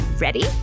Ready